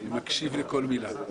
אני מקשיב לכל מילה.